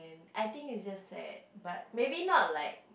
I think is just sad but maybe not like